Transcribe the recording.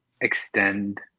extend